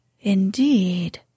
indeed